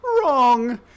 Wrong